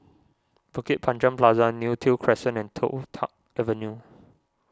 Bukit Panjang Plaza Neo Tiew Crescent and Toh Tuck Avenue